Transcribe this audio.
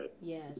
yes